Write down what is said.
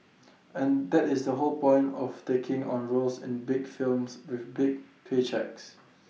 and that is the whole point of taking on roles in big films with big pay cheques